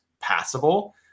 passable